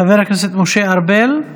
חבר הכנסת משה ארבל,